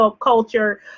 culture